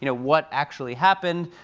you know what actually happened?